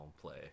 play